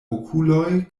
okuloj